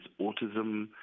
autism